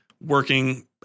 working